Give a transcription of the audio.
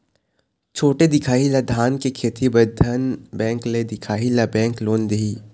छोटे दिखाही ला धान के खेती बर धन बैंक ले दिखाही ला बैंक लोन दिही?